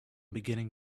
beginning